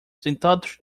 sentados